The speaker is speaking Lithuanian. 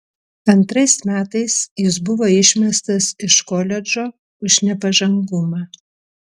antrais metais jis buvo išmestas iš koledžo už nepažangumą